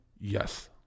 yes